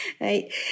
right